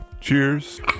Cheers